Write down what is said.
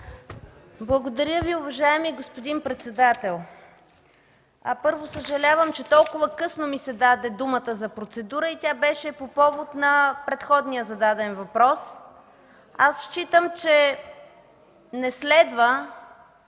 Благодаря Ви, уважаеми господин председател. Първо, съжалявам, че толкова късно ми се даде думата за процедура. Тя беше по повод на предходния зададен въпрос. Считам, че не следва